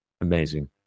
Amazing